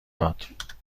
داد